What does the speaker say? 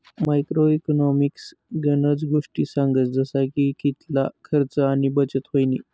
macro economics गनज गोष्टी सांगस जसा की कितला खर्च आणि बचत व्हयनी